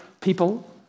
people